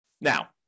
Now